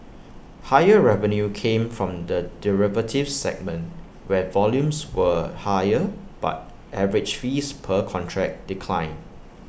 higher revenue came from the derivatives segment where volumes were higher but average fees per contract declined